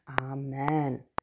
Amen